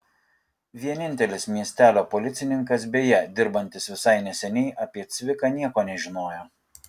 vienintelis miestelio policininkas beje dirbantis visai neseniai apie cviką nieko nežinojo